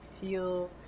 feel